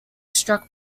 struck